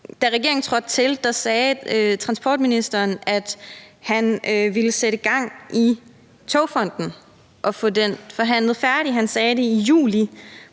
Da regeringen trådte til, sagde transportministeren, at han ville sætte gang i Togfonden DK og få den forhandlet færdig. Han sagde det i juli